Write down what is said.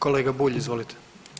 Kolega Bulj, izvolite.